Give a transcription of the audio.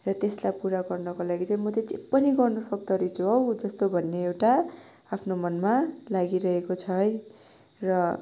र त्यसलाई पुरा गर्नको लागि चाहिँ म चाहिँ जे पनि गर्न सक्दो रहेछु हो जस्तो भन्ने एउटा आफ्नो मनमा लागिरहेको छ है र